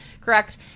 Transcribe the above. correct